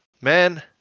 man